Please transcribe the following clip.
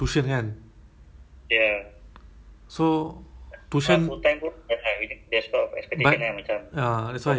so that time middle of october kan so called most of the exam already finish